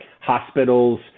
hospitals